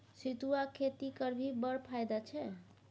सितुआक खेती करभी बड़ फायदा छै